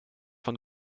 von